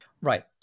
Right